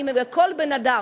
כל בן-אדם,